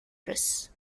press